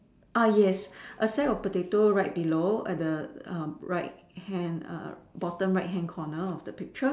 ah yes a sack of potato right below at the um right hand err bottom right hand corner of the picture